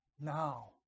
Now